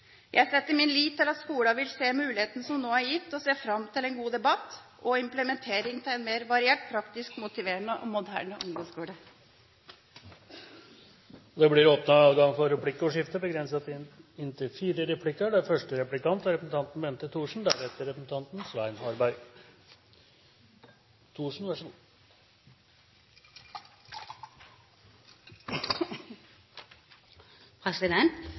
Jeg setter min lit til at skolene vil se mulighetene som nå er gitt, og ser fram til en god debatt og implementering av en mer variert, praktisk, motiverende og moderne ungdomsskole. Det blir replikkordskifte. Jeg registrerer at representanten ikke sa noe om Ny GIV, som er